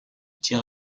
tir